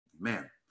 Amen